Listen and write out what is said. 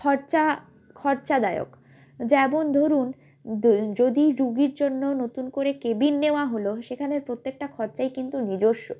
খরচা খরচাদায়ক যেমন ধরুন যদি রোগীর জন্য নতুন করে কেবিন নেওয়া হল সেখানের প্রত্যেকটা খরচাই কিন্তু নিজস্ব